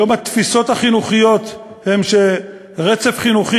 היום התפיסות החינוכיות הן שרצף חינוכי